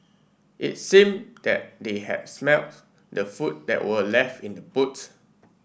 it seemed that they had smelt the food that were left in boots